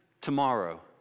tomorrow